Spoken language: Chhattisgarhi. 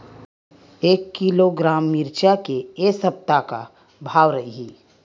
एक किलोग्राम मिरचा के ए सप्ता का भाव रहि?